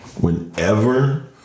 Whenever